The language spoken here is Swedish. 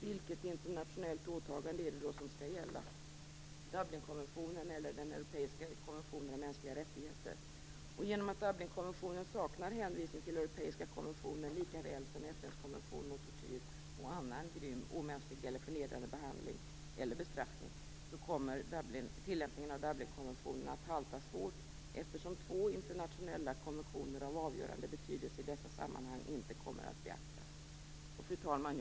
Vilket internationellt åtagande är det då som skall gälla, Dublinkonventionen eller europeiska konventionen om mänskliga rättigheter? Genom att Dublinkonventionen saknar hänvisning till europeiska konventionen likaväl som till FN:s konvention mot tortyr och annan grym omänsklig eller förnedrande behandling eller bestraffning kommer tillämpningen av Dublinkonventionen att halta svårt - två internationella konventioner av avgörande betydelse i dessa sammanhang kommer inte att beaktas. Fru talman!